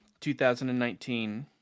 2019